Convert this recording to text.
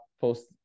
post